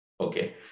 okay